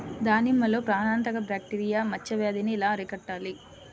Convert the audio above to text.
దానిమ్మలో ప్రాణాంతక బ్యాక్టీరియా మచ్చ వ్యాధినీ ఎలా అరికట్టాలి?